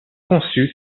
conçu